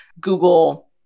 Google